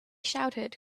shouted